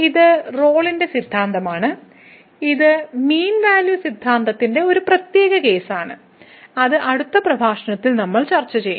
ഇത് റോളിന്റെ സിദ്ധാന്തമാണ് ഇത് മീൻ വാല്യൂ സിദ്ധാന്തത്തിന്റെ ഒരു പ്രത്യേക കേസാണ് അത് അടുത്ത പ്രഭാഷണത്തിൽ നമ്മൾ ചർച്ച ചെയ്യും